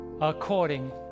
according